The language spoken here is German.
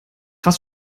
fast